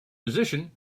position